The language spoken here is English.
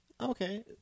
Okay